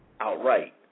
outright